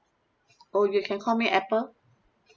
oh you can call me apple